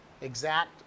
exact